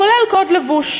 כולל קוד לבוש.